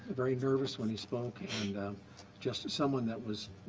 very, nervous when he spoke and just someone that was